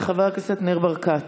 חבר הכנסת ניר ברקת,